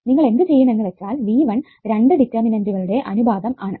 നിങ്ങൾ എന്തു ചെയ്യും എന്ന് വച്ചാൽ V1 രണ്ടു ഡിറ്റർമിനന്റ്കളുടെ അനുപാതം ആണ്